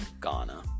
Ghana